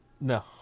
No